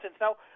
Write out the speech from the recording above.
Now